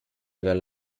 aver